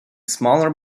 smaller